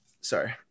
Sorry